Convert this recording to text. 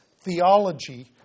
theology